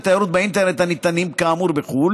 תיירות באינטרנט הניתנים כאמור בחו"ל